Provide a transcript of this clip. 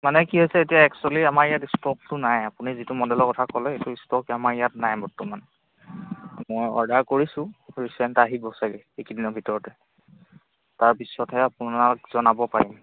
মানে কি হৈছে এতিয়া একচুৱেলি আমাৰ ইয়াত ষ্টকটো নাই আপুনি যিটো মডেলৰ কথা ক'লে সেইটোৰ ষ্টক আমাৰ ইয়াত নাই বৰ্তমান মই অৰ্ডাৰ কৰিছোঁ ৰিচেণ্ট আহিব চাগৈ এইকেইদিনৰ ভিতৰতে তাৰপিছতহে আপোনাক জনাব পাৰিম